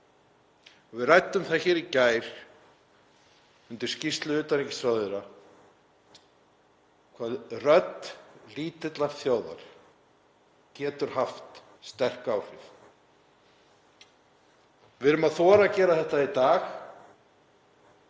Við ræddum það hér í gær undir skýrslu utanríkisráðherra hvað rödd lítillar þjóðar getur haft sterk áhrif. Við þorum að gera þetta í dag